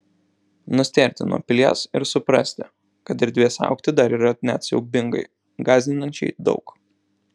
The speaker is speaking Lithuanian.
nustėrti nuo pilies ir suprasti kad erdvės augti dar yra net siaubingai gąsdinančiai daug